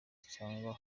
cyangwa